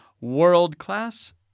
world-class